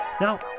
Now